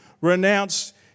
renounced